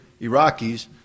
Iraqis